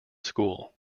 school